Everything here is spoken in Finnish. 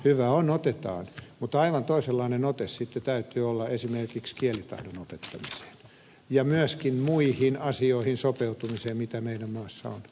hyvä on otetaan mutta aivan toisenlainen ote sitten täytyy olla esimerkiksi kielitaidon opettamiseen ja myöskin muihin asioihin sopeutumiseen mitä meidän maassamme on